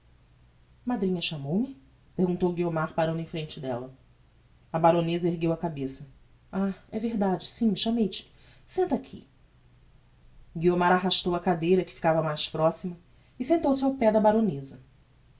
madrinha chamou-me perguntou guiomar parando em frente della a baroneza ergueu a cabeça ah é verdade sim chamei te senta-te aqui guiomar arrastou a cadeira que ficava mais proxima e sentou-se ao pé da baroneza